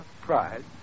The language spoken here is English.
pride